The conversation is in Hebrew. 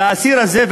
על האסיר הזה,